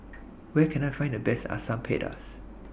Where Can I Find The Best Asam Pedas